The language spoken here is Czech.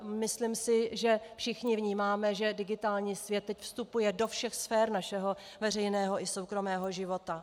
Myslím si, že všichni vnímáme, že digitální svět teď vstupuje do všech sfér našeho veřejného i soukromého života.